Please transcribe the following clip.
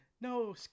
no